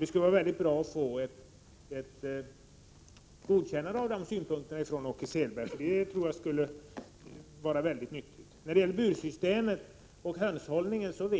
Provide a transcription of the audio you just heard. Det skulle vara bra att få ett godkännande av den ståndpunkten från Åke Selberg. Beträffande hönshållningen och bursystemen